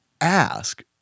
ask